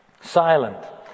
silent